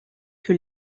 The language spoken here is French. que